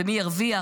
ומי ירוויח?